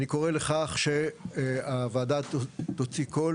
אני קורא לכך שהוועדה תוציא קול.